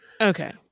Okay